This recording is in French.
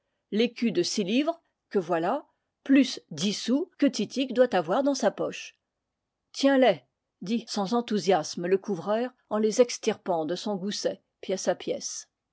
voici l'écu de six livres que voilà plus dix sous que titik doit avoir dans sa poche tiens les dit sans enthousiasme le couvreur en les extirpant de son gousset pièce à pièce